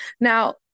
Now